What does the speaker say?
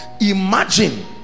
imagine